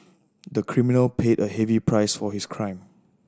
the criminal paid a heavy price for his crime